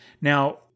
Now